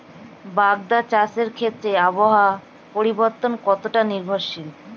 বাগদা চাষের ক্ষেত্রে আবহাওয়ার পরিবর্তন কতটা নির্ভরশীল?